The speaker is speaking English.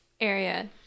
area